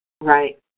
Right